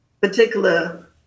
particular